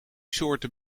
soorten